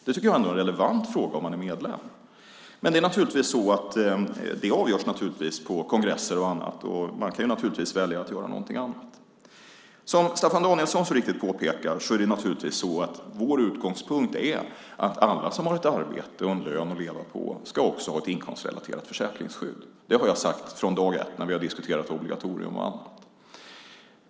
Jag tycker att det är en relevant fråga för en medlem. Men det avgörs på kongresser och annat, och man kan naturligtvis välja att göra någonting annat. Som Staffan Danielsson så riktigt påpekar är vår utgångspunkt naturligtvis att alla som har ett arbete och en lön att leva på också ska ha ett inkomstrelaterat försäkringsskydd. Det har jag sagt från dag ett när vi har diskuterat obligatorium och annat.